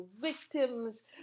victims